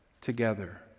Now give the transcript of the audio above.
together